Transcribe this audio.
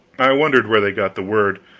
i wondered where they got the word,